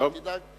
אל תדאג,